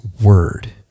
word